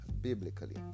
biblically